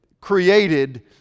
created